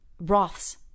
broths